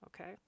okay